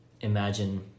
imagine